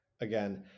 again